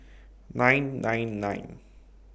nine nine nine